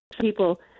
people